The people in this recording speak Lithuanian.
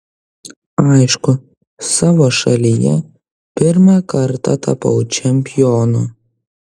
aišku savo šalyje pirmą kartą tapau čempionu